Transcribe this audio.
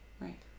right